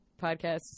podcasts